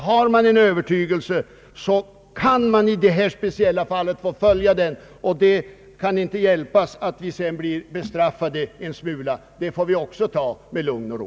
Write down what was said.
Har man en Öövertygelse, kan man i detta speciella fall få följa den. Det kan inte hjälpas att de sedan blir bestraffade en smula. Det får de ta med lugn och ro.